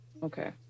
okay